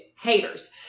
haters